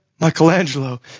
Michelangelo